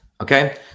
Okay